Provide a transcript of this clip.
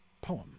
poem